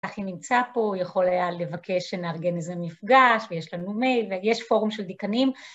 איך היא נמצאה פה, הוא יכול היה לבקש שנארגן איזה מפגש ויש לנו מייל ויש פורום של דיקנים.